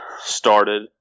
started